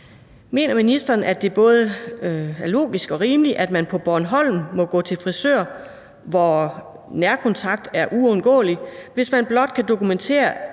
Mener ministeren, at det er både logisk og rimeligt, at man på Bornholm må gå til frisør – hvor nærkontakt er uundgåeligt – hvis man blot kan dokumentere